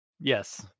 Yes